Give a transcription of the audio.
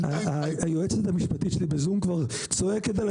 ב- -- היועצת המשפטית שלי בזום כבר צועקת עלי